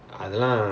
mm